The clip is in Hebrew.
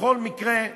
בכל מקרה,